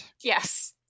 yes